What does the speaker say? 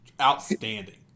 Outstanding